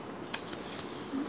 ya and get picture lah